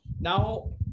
Now